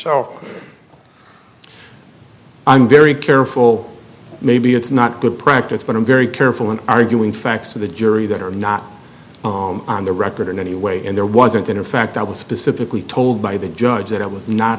years i'm very careful maybe it's not good practice but i'm very careful and arguing facts of the jury that are not on the record in any way and there wasn't in fact i was specifically told by the judge that i was not